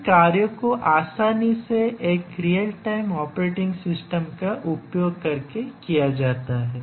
इन कार्यों को आसानी से एक रियल टाइम ऑपरेटिंग सिस्टम का उपयोग करके किया जाता है